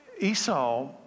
Esau